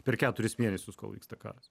per keturis mėnesius kol vyksta karas